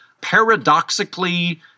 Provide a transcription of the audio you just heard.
paradoxically